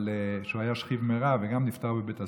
שהוא היה שכיב מרע וגם נפטר בבית הסוהר.